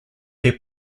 their